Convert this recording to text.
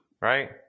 right